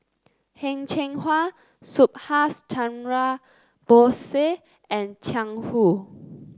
Heng Cheng Hwa Subhas Chandra Bose and Jiang Hu